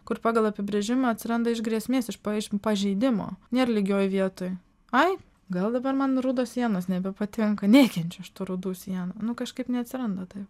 kur pagal apibrėžimą atsiranda iš grėsmės iš paiš pažeidimo nėr lygioj vietoj ai gal dabar man rudos sienos nebepatinka nekenčiu aš tų rudų sienų nu kažkaip neatsiranda taip